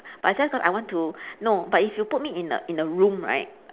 but I just cause I want to no but if you put me in a in a room right